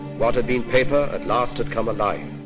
what had been paper at last had come alive.